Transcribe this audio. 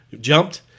jumped